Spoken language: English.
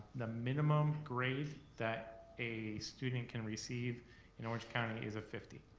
the minimum grade that a student can receive in orange county is a fifty.